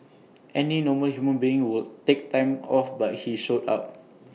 any normal human being would take time off but he showed up